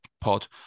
pod